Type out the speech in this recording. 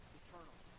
eternal